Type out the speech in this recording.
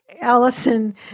Allison